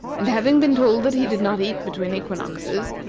and having been told that he did not eat between equinoxes,